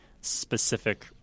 specific